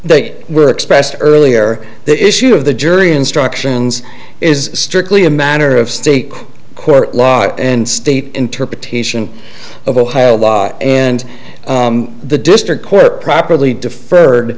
that were expressed earlier the issue of the jury instructions is strictly a matter of state court law and state interpretation of the law and the district court properly deferred